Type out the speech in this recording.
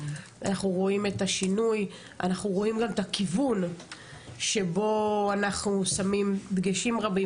רואים את השינוי ורואים את הכיוון בו שמים דגשים רבים,